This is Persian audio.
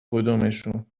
کدومشون